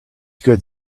good